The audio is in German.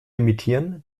imitieren